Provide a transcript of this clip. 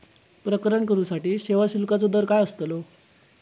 प्रकरण करूसाठी सेवा शुल्काचो दर काय अस्तलो?